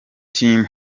team